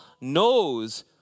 knows